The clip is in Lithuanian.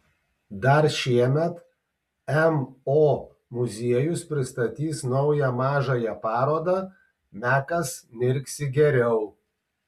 dar šiemet mo muziejus pristatys naują mažąją parodą mekas mirksi geriau